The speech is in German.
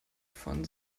von